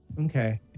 okay